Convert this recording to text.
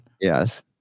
Yes